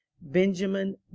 Benjamin